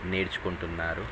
నేర్చుకుంటున్నారు